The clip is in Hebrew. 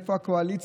איפה הקואליציה,